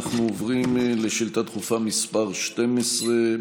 אנחנו עוברים לשאילתה דחופה מס' 12,